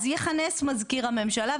אז יכנס מזכיר הממשלה,